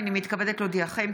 הינני מתכבדת להודיעכם,